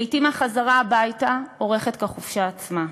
לעתים החזרה הביתה אורכת כחופשה עצמה.